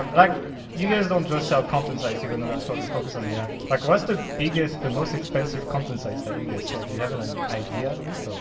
like you guys don't just sell content size even though that's what we we focus on here. like what's the biggest, the most expensive content size that you guys sold? do you have an an idea at least or?